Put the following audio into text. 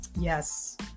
Yes